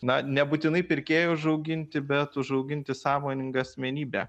na nebūtinai pirkėjų užauginti bet užauginti sąmoningą asmenybę